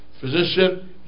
physician